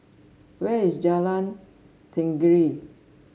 where is Jalan Tenggiri